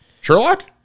sherlock